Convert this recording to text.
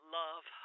love